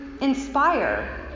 inspire